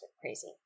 crazy